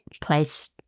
place